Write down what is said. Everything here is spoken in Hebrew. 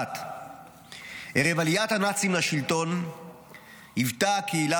1. ערב עליית הנאצים לשלטון היוותה הקהילה